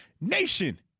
Nation